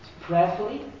prayerfully